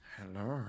Hello